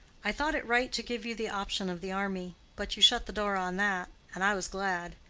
i thought it right to give you the option of the army, but you shut the door on that, and i was glad.